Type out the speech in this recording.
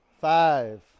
Five